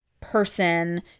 person